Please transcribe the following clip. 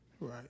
Right